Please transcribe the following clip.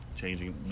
changing